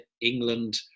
England